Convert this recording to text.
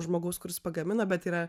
žmogaus kuris pagamina bet yra